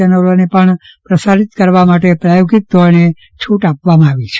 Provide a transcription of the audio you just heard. ચેનલોને પશ્ન પ્રસારિત કરવા માટે પ્રાયોગિક ધોરણે છુટ આપવામાં આવી છે